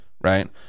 right